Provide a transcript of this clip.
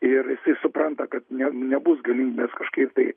ir jisai supranta kad ne nebus galimybės kažkaip tai